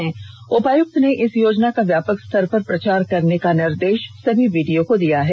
गिरिंडीह उपायुक्त ने इस योजना का व्यापक स्तर पर प्रचार करने का आदेश सभी बीडीओ को दिया है